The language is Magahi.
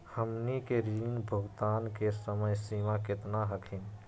हमनी के ऋण भुगतान के समय सीमा केतना हखिन?